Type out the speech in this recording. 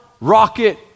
rocket